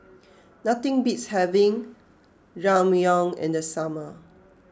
nothing beats having Ramyeon in the summer